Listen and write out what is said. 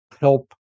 help